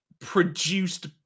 produced